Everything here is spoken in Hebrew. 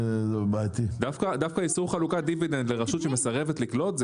דווקא איסור חלוקת דיבידנד לרשות שמסרבת לקלוט,